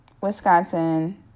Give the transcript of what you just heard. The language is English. Wisconsin